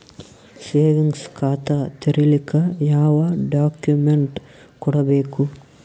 Savings ಖಾತಾ ತೇರಿಲಿಕ ಯಾವ ಡಾಕ್ಯುಮೆಂಟ್ ಕೊಡಬೇಕು?